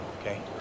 Okay